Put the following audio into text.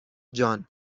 جان